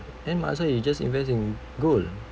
then might as well you just invest in gold